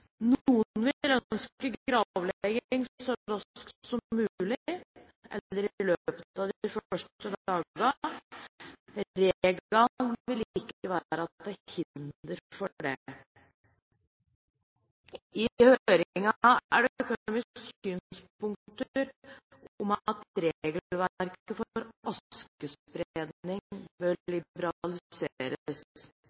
Noen vil ønske gravlegging så raskt som mulig, eller i løpet av de første dagene. Regelen vil ikke være til hinder for det. I høringen er det kommet synspunkter om at regelverket for askespredning bør